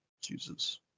Jesus